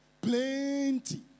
Plenty